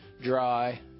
dry